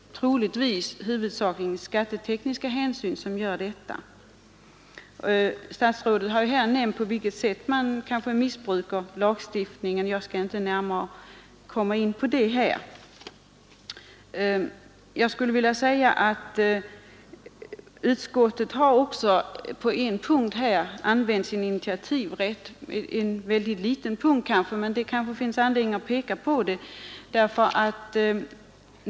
Troligtvis ligger skattetekniska hänsyn bakom. Statsrådet har här nämnt på vilket sätt man kan missbruka lagstiftningen. Jag skall inte gå närmare in på den saken. Utskottet har på en punkt använt sin initiativrätt. Det är kanske en mycket liten sak, men det finns nog anledning att påpeka det.